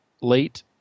late